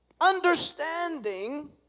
understanding